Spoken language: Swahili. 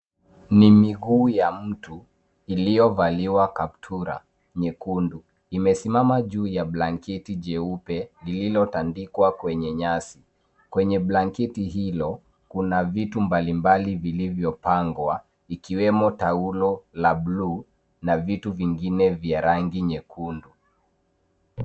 Ni miguu ya mtu iliyovaliwa kaptura nyekundu. Imesimama juu ya bkanketi jeupe lililotandikwa kwenye nyasi. Kwenye blanketi hilo, kuna vitu mbalimbali vilivyopangwa ikiwemo taulo la blue na vitu vingine vya rangi nyekundu.